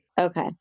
Okay